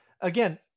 again